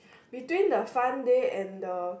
between the fun day and the